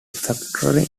factory